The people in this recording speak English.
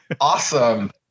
Awesome